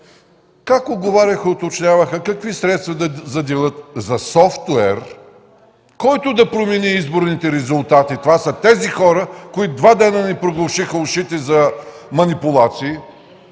как говореха и уточняваха какви средства да заделят за софтуер, който да промени изборните резултати. Това са тези хора, които два дни ни проглушиха ушите за манипулации!